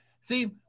see